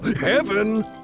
heaven